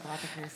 חוברת זו,